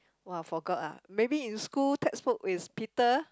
!woah! forgot ah maybe in school textbook is Peter